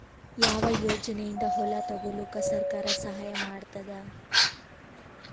ಯಾವ ಯೋಜನೆಯಿಂದ ಹೊಲ ತೊಗೊಲುಕ ಸರ್ಕಾರ ಸಹಾಯ ಮಾಡತಾದ?